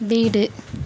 வீடு